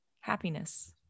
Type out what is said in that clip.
happiness